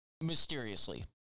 Mysteriously